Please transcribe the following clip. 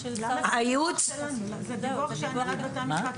היו --- זה דיווח של הנהלת בתי המשפט.